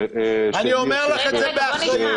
אני אומר את זה באחריות.